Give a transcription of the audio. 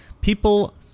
people